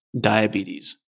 diabetes